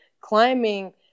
climbing